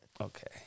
Okay